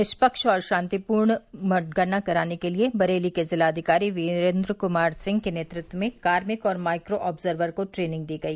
निष्पक्ष और शांतिपूर्वक मतगणना कराने के लिये बरेली के जिलाधिकारी वीरेन्द्र क्मार सिंह के नेतृत्व में कार्मिक और माइक्रो आर्ब्जकर को ट्रेनिंग दी गई